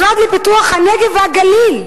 המשרד לפיתוח הנגב והגליל,